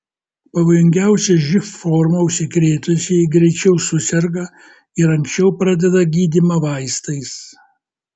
pavojingiausia živ forma užsikrėtusieji greičiau suserga ir anksčiau pradeda gydymą vaistais